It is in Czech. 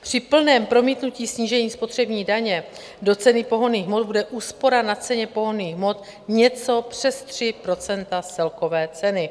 Při plném promítnutí snížení spotřební daně do ceny pohonných hmot bude úspora na ceně pohonných hmot něco přes 3 % z celkové ceny.